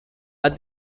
but